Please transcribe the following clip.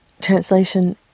translation